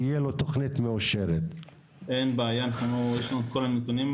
לו יתחברו כדין, הבעיה נפתרת?